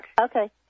Okay